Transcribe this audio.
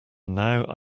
now